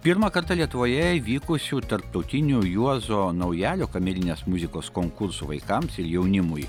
pirmą kartą lietuvoje įvykusių tarptautinių juozo naujalio kamerinės muzikos konkursų vaikams ir jaunimui